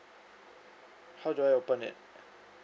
how do I open it